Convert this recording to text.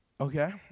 okay